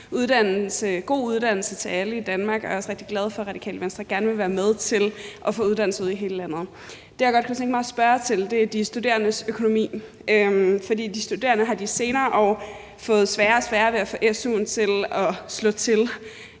god uddannelse til alle i Danmark. Jeg er også rigtig glad for, at Radikale Venstre gerne vil være med til at få uddannelse ud i hele landet. Det, jeg godt kunne tænke mig at spørge til, er de studerendes økonomi. De studerende har de senere år fået sværere og sværere ved at få su'en til at slå til.